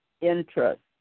interest